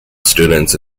students